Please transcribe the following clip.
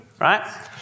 right